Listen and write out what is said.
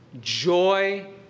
joy